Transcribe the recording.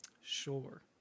sure